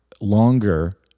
longer